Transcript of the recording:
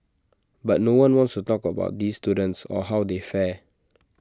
but no one wants to talk about these students or how they fare